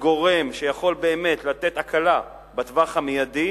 הגורם שיכול באמת לתת הקלה בטווח המיידי